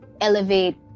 elevate